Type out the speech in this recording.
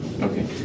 Okay